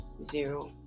zero